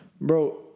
Bro